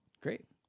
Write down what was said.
Great